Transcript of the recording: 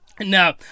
No